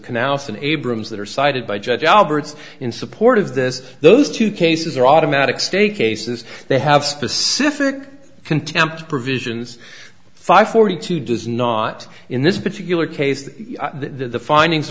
canals and abrams that are cited by judge roberts in support of this those two cases are automatic stay cases they have specific contempt provisions five forty two does not in this particular case that the findings